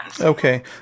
Okay